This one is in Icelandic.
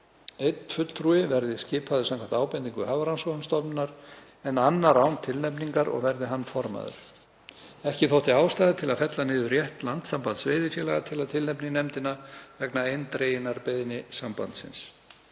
einn fulltrúi verði skipaður samkvæmt ábendingu Hafrannsóknastofnunar en annar án tilnefningar og verði hann formaður. Ekki þótti ástæða til að fella niður rétt Landssambands veiðifélaga til að tilnefna í nefndina vegna eindreginnar beiðni sambandsins.